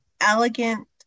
elegant